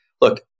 look